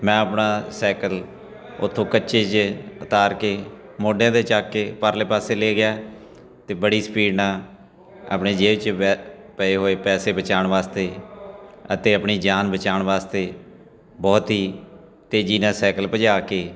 ਮੈਂ ਆਪਣਾ ਸਾਈਕਲ ਉੱਥੋਂ ਕੱਚੇ 'ਚ ਉਤਾਰ ਕੇ ਮੋਢਿਆਂ 'ਤੇ ਚੱਕ ਕੇ ਪਰਲੇ ਪਾਸੇ ਲੈ ਗਿਆ ਅਤੇ ਬੜੀ ਸਪੀਡ ਨਾਲ ਆਪਣੇ ਜੇਬ 'ਚ ਪ ਪਏ ਹੋਏ ਪੈਸੇ ਬਚਾਉਣ ਵਾਸਤੇ ਅਤੇ ਆਪਣੀ ਜਾਨ ਬਚਾਉਣ ਵਾਸਤੇ ਬਹੁਤ ਹੀ ਤੇਜ਼ੀ ਨਾਲ ਸਾਈਕਲ ਭਜਾ ਕੇ